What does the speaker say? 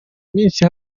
iminsi